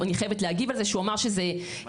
אני חייבת להגיב על זה שהוא אמר שזה התנגדות,